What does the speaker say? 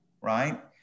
right